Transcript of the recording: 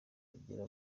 abagira